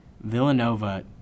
Villanova